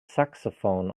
saxophone